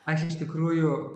aš iš tikrųjų